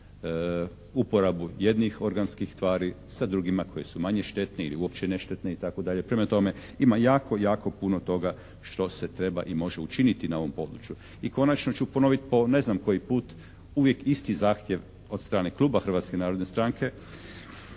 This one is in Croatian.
uporabu jednih organskih tvari sa drugima koje su manje štetne ili uopće neštetne itd. Prema tome, ima jako, jako puno toga što se treba i može učiniti na ovom području. I konačno ću ponoviti po ne znam koji put uvijek isti zahtjev od strane kluba Hrvatske narodne stranke